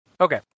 Okay